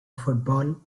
football